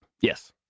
Yes